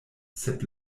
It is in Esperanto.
sed